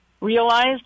realized